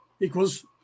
equals